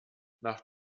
nach